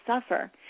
suffer